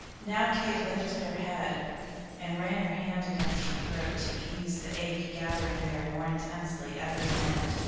now kate lifted her head and ran her hand against her throat to ease the ache gathering there more intensely every minute.